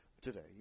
today